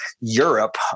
Europe